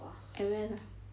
at where lah